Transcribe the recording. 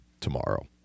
tomorrow